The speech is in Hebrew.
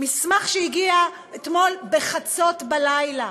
שהגיע אתמול בחצות, בלילה,